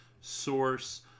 source